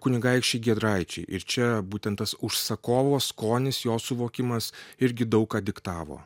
kunigaikščiai giedraičiai ir čia būtent tas užsakovo skonis jo suvokimas irgi daug ką diktavo